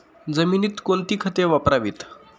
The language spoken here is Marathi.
जमिनीत कोणती खते वापरावीत?